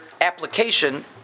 application